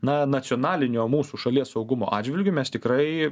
na nacionalinio mūsų šalies saugumo atžvilgiu mes tikrai